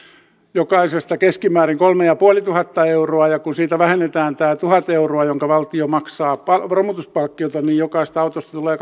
jokaisesta keskimäärin kolmetuhattaviisisataa euroa ja kun siitä vähennetään tämä tuhat euroa jonka valtio maksaa romutuspalkkiota niin jokaisesta autosta tulee